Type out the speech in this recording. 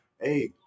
hey